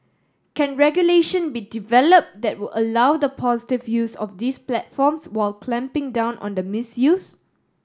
can regulation be developed that will allow the positive use of these platforms while clamping down on the misuse